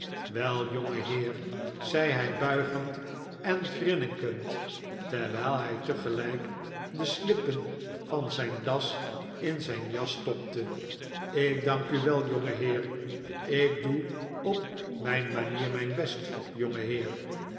wel jongeheer zei hij buigend en grinnikend terwijl hij tegelijk de slippen van zijn das in zijn jas stopte ik dank u wel jongeheer ik doe op mijn manier mijn best